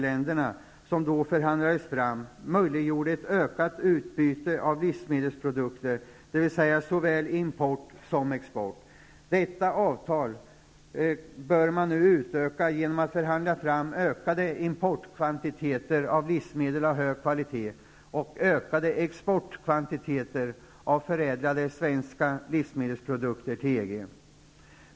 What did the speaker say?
länderna som då förhandlades fram möjliggjorde ett ökat utbyte av livsmedelsprodukter, dvs. såväl import som export. Detta avtal bör man nu utöka genom att förhandla fram ökade importkvantiteter av livsmedel av hög kvalitet och ökade exportkvantiteter av förädlade svenska livsmedelsprodukter till EG.